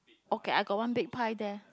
okay I got one big pie there